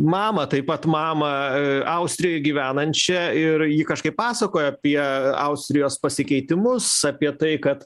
mamą taip pat mamą austrijoj gyvenančią ir ji kažkaip pasakojo apie austrijos pasikeitimus apie tai kad